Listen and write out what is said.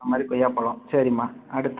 அதுமாதிரி கொய்யாப்பழம் சரிம்மா அடுத்